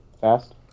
fast